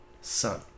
Sun